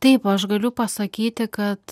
taip aš galiu pasakyti kad